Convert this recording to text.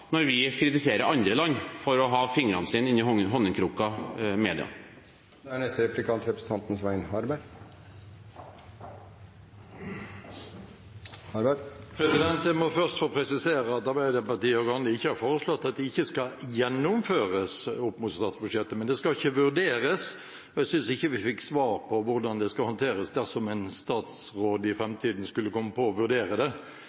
når vi kritiserer andre land for å ha fingrene sine i honningkrukken media. Jeg må først få presisere at Arbeiderpartiet og Grande ikke har foreslått at det ikke skal gjennomføres opp mot statsbudsjettet, men det skal ikke vurderes. Og jeg synes ikke vi fikk svar på hvordan det skal håndteres dersom en statsråd i framtiden skulle komme på å vurdere det.